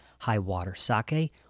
HighWaterSake